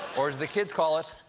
or as the kids call it,